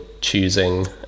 choosing